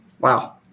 Wow